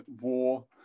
war